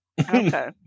Okay